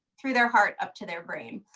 through their heart up to their brain.